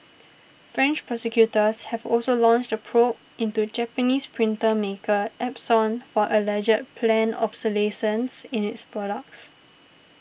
French prosecutors have also launched a probe into Japanese printer maker Epson for alleged planned obsolescence in its products